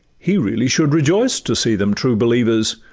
he really should rejoice to see them true believers,